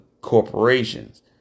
corporations